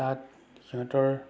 তাত সিহঁতৰ